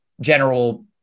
general